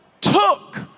took